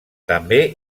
també